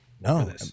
No